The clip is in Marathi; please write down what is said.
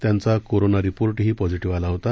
त्यांचा कोरोना रिपोर्टही पॉझिटिव्ह आला होता